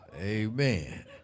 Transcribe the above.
Amen